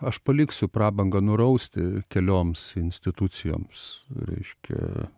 aš paliksiu prabangą nurausti kelioms institucijoms reiškia